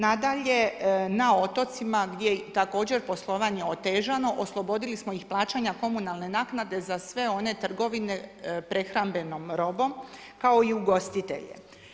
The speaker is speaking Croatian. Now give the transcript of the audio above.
Nadalje, na otocima gdje također poslovanje otežano, oslobodili smo ih plaćanja komunalne naknade za sve one trgovine prehrambenom robom, kao i ugostitelje.